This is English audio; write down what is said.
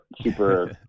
super